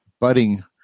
budding